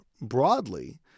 broadly